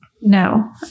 No